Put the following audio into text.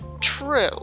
true